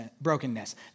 brokenness